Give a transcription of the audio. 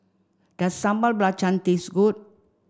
does Sambal Belacan taste good